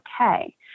okay